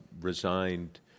resigned